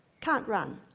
can't run,